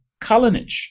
Kalinic